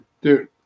Dude